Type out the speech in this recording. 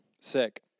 Sick